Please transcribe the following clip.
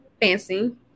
Fancy